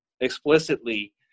explicitly